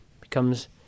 Becomes